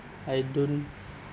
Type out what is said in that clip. I don't